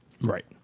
Right